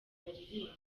baririmba